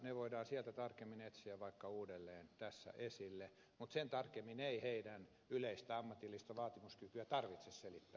ne voidaan sieltä tarkemmin etsiä vaikka uudelleen tässä esille mutta sen tarkemmin ei palomiesten yleistä ammatillista vaatimuskykyä tarvitse selittää